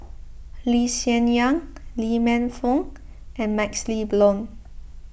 Lee Hsien Yang Lee Man Fong and MaxLe Blond